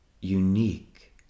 unique